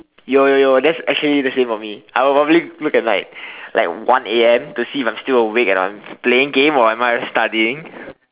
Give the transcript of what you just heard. yo yo yo that's actually let's say for me I probably look at like like one A_M to see if I am still awake and I'm playing game or am I studying